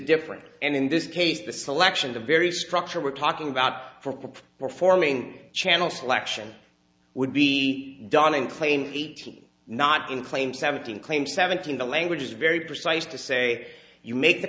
different and in this case the selection the very structure we're talking about for performing channel selection would be done in claim eighteen not in claim seventeen claim seventeen the language is very precise to say you make the